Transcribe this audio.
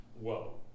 Whoa